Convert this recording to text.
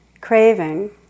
Craving